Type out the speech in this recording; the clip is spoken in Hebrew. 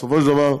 בסופו של דבר,